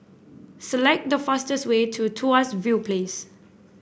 select the fastest way to Tuas View Place